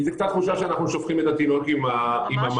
כי זה קצת תחושה שאנחנו שופכים את התינוק עם המים.